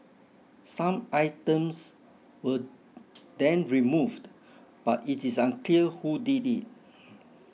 some items were then removed but it is unclear who did it